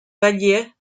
valier